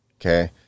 Okay